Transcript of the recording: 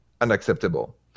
unacceptable